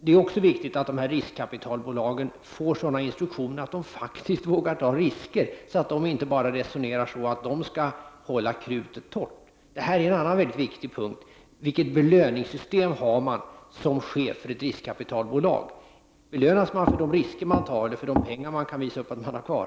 Det är också viktigt att riskkapitalbolagen får sådana instruktioner att de faktiskt vågar ta risker och inte bara resonerar så att de skall hålla krutet torrt. En annan viktig punkt är: Vilket belöningssystem har man i ett riskkapitalbolag? Belönas man såsom chef för de risker som man tar eller för de pengar som man kan visa upp att man har kvar?